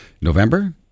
November